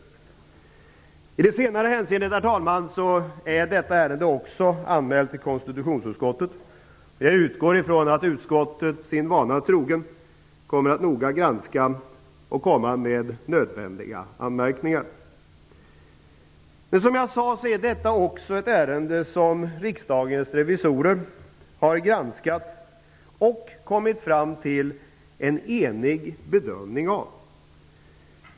I det senare hänseendet, herr talman, är detta ärende anmält till konstitutionsutskottet. Jag utgår från att utskottet, sin vana trogen, noga kommer att granska detta och även kommer med nödvändiga anmärkningar. Som jag sagt har Riksdagens revisorer granskat detta ärende och kommit fram till en enig bedömning.